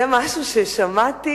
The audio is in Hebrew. זה משהו ששמעתי